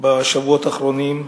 בשבועות האחרונים,